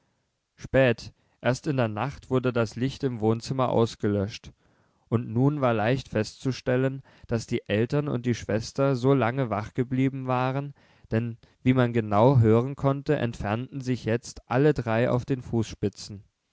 spät erst in der nacht wurde das licht im wohnzimmer ausgelöscht und nun war leicht festzustellen daß die eltern und die schwester so lange wachgeblieben waren denn wie man genau hören konnte entfernten sich jetzt alle drei auf den fußspitzen